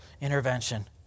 intervention